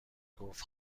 گفت